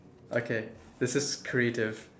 okay this is creative